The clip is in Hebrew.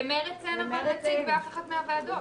למרצ אין נציג באף אחת מהוועדות.